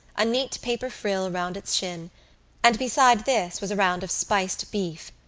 a neat paper frill round its shin and beside this was a round of spiced beef.